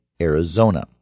Arizona